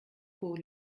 pour